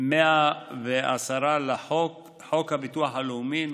110 לחוק הביטוח הלאומי ,